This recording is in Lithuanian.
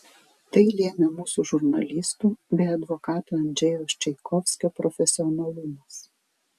tai lėmė mūsų žurnalistų bei advokato andžejaus čaikovskio profesionalumas